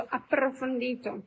approfondito